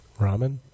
Ramen